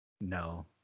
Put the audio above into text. no